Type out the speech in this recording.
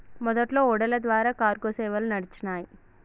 మొదట్లో ఓడల ద్వారా కార్గో సేవలు నడిచినాయ్